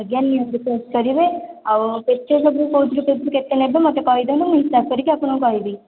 ଆଜ୍ଞା ନିଅନ୍ତୁ ଟେଷ୍ଟ କରିବେ ଆଉ କେତେ ସବୁ କହୁଥିଲେ କେଉଁଥିରୁ କେଉଁଥିରୁ କେତେ ନେବେ ମୋତେ କହିଦିଅନ୍ତୁ ମୁଁ ହିସାବ କରି ଆପଣଙ୍କୁ କହିବି